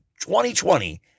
2020